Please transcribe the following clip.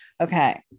okay